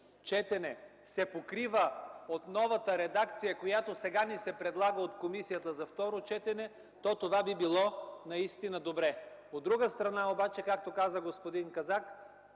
четене, се покрива от новата редакция, която сега ни се предлага от комисията за второ четене, това би било наистина добре. От друга страна, обаче, както каза господин Казак,